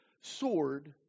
sword